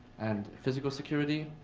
and physical security.